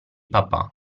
papa